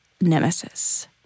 nemesis